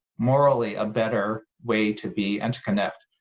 morally a better way to be and to connect.